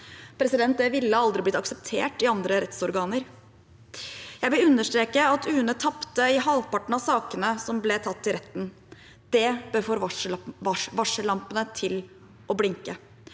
Det ville aldri ha blitt akseptert i andre rettsorganer. Jeg vil understreke at UNE tapte i halvparten av sakene som ble tatt til retten. Det bør få varsellampene til å blinke.